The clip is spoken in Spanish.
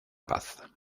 paz